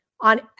on